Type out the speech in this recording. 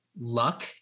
luck